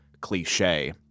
cliche